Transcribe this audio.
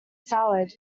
salad